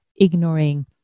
ignoring